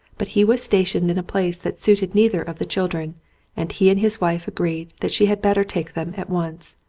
but he was stationed in a place that suited neither of the children and he and his wife agreed that she had better take them at once.